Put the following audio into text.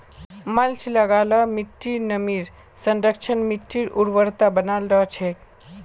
mulch लगा ल मिट्टीर नमीर संरक्षण, मिट्टीर उर्वरता बनाल रह छेक